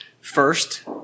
First